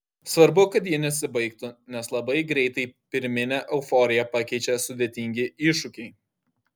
svarbu kad ji nesibaigtų nes labai greitai pirminę euforiją pakeičia sudėtingi iššūkiai